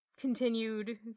continued